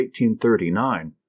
1839